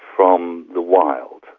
from the wild,